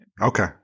Okay